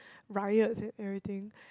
riots and everything